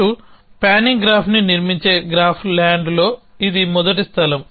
మీరు పానింగ్ గ్రాఫ్ని నిర్మించే గ్రాఫ్ ల్యాండ్లో ఇది మొదటి స్థలం